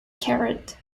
carrot